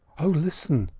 oh, listen!